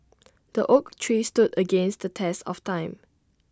the oak tree stood against the test of time